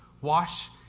wash